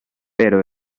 pero